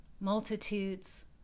Multitudes